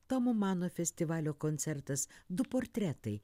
tomo mano festivalio koncertas du portretai